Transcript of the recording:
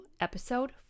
Episode